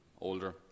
older